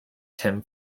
tim